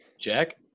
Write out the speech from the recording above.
Jack